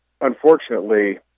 unfortunately